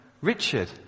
Richard